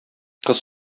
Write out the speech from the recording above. кыз